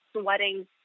sweating